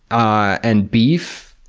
ah and beef,